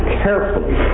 carefully